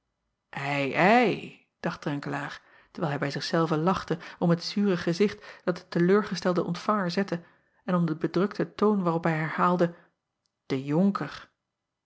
i ei dacht renkelaer terwijl hij bij zich zelven lachte om het zure gezicht dat de te leur gestelde ontvanger zette en om den bedrukten toon waarop hij herhaalde de onker